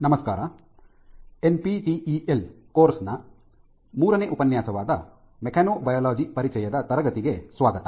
ನಮಸ್ಕಾರ NPTEL course ನ ಮೂರನೇ ಉಪನ್ಯಾಸವಾದ ಮೆಕ್ಯಾನೊಬಯಾಲಜಿ ಪರಿಚಯದ ತರಗತಿಗೆ ಸ್ವಾಗತ